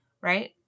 Right